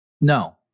No